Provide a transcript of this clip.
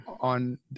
on